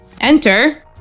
Enter